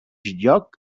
lloc